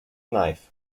knife